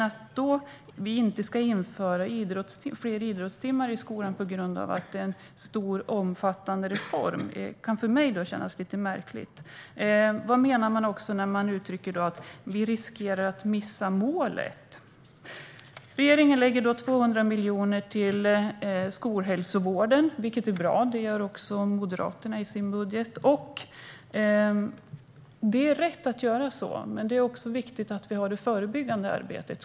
Att vi inte ska införa fler idrottstimmar i skolan på grund av att det är en stor och omfattande reform kan för mig kännas lite märkligt. Vad menar man med att det är "en mycket omfattande reform som riskerar att missa målet"? Regeringen lägger 200 miljoner till skolhälsovården, vilket är bra. Det gör också Moderaterna i sin budget. Det är rätt att göra så, men det är också viktigt med det förebyggande arbetet.